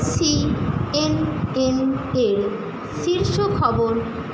C N N এর শীর্ষ খবর কী কী